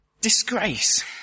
Disgrace